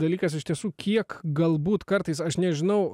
dalykas iš tiesų kiek galbūt kartais aš nežinau